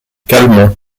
calmont